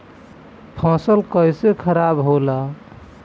फसल कैसे खाराब होला?